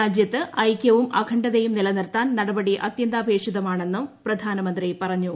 രാജ്യത്ത് ഐകൃവും അഖണ്ഡതയും നിലനിർത്താൻ നടപടി അത്യന്താപേക്ഷിതമാണെന്ന് പ്രധാനമന്ത്രി പറഞ്ഞു